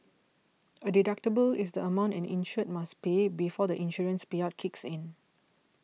a deductible is the amount an insured must pay before the insurance payout kicks in